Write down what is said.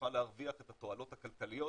נוכל להרוויח את התועלות הכלכליות